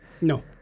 no